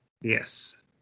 Yes